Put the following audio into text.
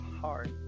heart